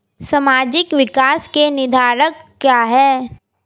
सामाजिक विकास के निर्धारक क्या है?